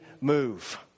move